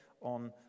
on